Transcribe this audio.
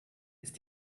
ist